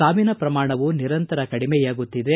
ಸಾವಿನ ಕ್ರಮಾಣವೂ ನಿರಂತರ ಕಡಿಮೆಯಾಗುತ್ತಿದೆ